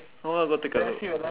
go take a look